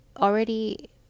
already